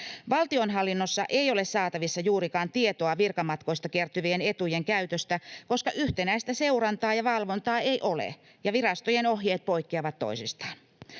Valtionhallinnossa ei ole saatavissa juurikaan tietoa virkamatkoista kertyvien etujen käytöstä, koska yhtenäistä seurantaa ja valvontaa ei ole ja virastojen ohjeet poikkeavat toisistaan.